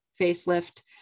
facelift